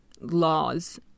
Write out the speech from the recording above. laws